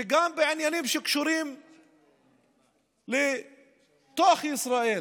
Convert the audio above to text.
וגם בעניינים שקשורים לתוך ישראל,